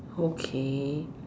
okay